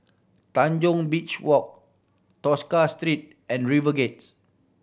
Tanjong Beach Walk Tosca Street and RiverGate